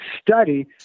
study